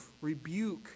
rebuke